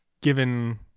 given